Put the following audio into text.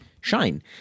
shine